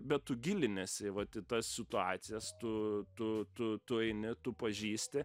bet tu giliniesi į vat į tas situacijas tu tu tu tu eini tu pažįsti